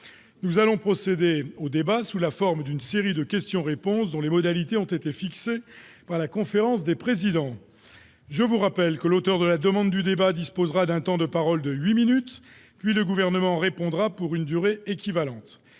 Nous allons procéder au débat sous la forme d'une série de questions-réponses dont les modalités ont été fixées par la conférence des présidents. Je vous rappelle que l'auteur de la demande du débat disposera d'un temps de parole de huit minutes, puis le Gouvernement répondra pour une durée équivalente.